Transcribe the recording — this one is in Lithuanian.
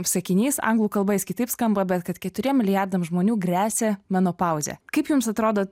sakinys anglų kalba jis kitaip skamba bet kad keturiem milijardam žmonių gresia menopauzė kaip jums atrodo